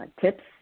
tips